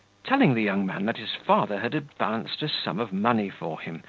telling the young man that his father had advanced a sum of money for him,